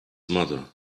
mother